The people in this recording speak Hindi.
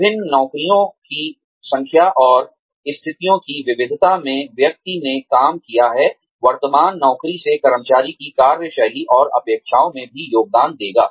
विभिन्न नौकरियों की संख्या और स्थितियों की विविधता मे व्यक्ति ने काम किया है वर्तमान नौकरी से कर्मचारी की कार्य शैली और अपेक्षाओं में भी योगदान देगा